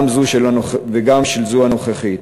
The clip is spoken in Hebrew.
וגם של זו הנוכחית.